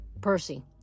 Percy